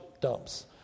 dumps